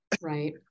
right